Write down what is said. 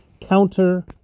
counter